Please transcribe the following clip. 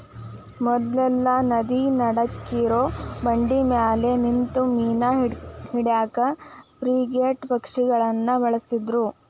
ಮೊದ್ಲೆಲ್ಲಾ ನದಿ ನಡಕ್ಕಿರೋ ಬಂಡಿಮ್ಯಾಲೆ ನಿಂತು ಮೇನಾ ಹಿಡ್ಯಾಕ ಫ್ರಿಗೇಟ್ ಪಕ್ಷಿಗಳನ್ನ ಬಳಸ್ತಿದ್ರು